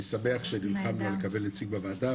אני שמח שנלחמנו על קבלת נציג בוועדה,